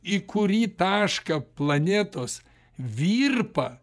į kurį tašką planetos virpa